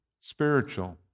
spiritual